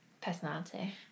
Personality